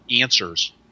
answers